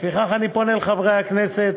לפיכך אני פונה לחברי הכנסת,